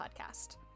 podcast